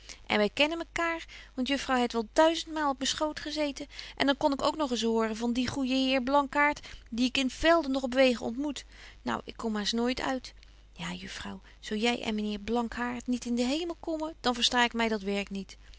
en wy kennen mekaer want juffrouw het wel duizendmaal op men schoot gezeten en dan kon ik ook nog eens horen van dien goejen heer blankaart die ik in velden noch op wegen ontmoet nou ik kom haast nooit uit ja juffrouw zo jy en men heer blankaart niet in den hemel kommen dan versta ik my dat werk niet